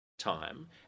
time